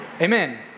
Amen